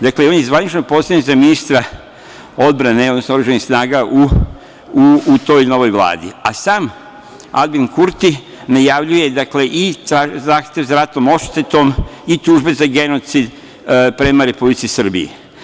Dakle, on je zvanično postavljen za ministra odbrane, odnosno oružanih snaga u toj novoj vladi, a sam Aljbin Kurti najavljuje i zahtev za ratnom odštetom i tužbe za genocid prema Republici Srbiji.